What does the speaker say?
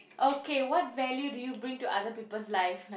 okay what value do you bring to other people's life na~